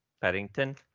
Paddington